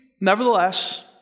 Nevertheless